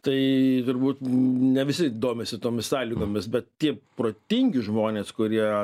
tai turbūt ne visi domisi tomis sąlygomis bet tie protingi žmonės kurie